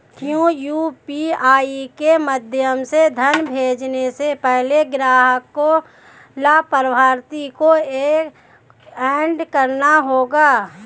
क्या यू.पी.आई के माध्यम से धन भेजने से पहले ग्राहक को लाभार्थी को एड करना होगा?